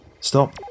Stop